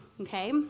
Okay